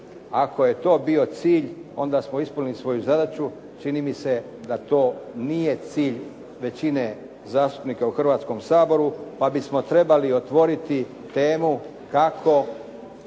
Ako je to bio cilj, onda smo ispunili svoju zadaću, čini mi se da to nije cilj većine zastupnika u Hrvatskom saboru pa bismo trebali otvoriti temu kako